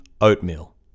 oatmeal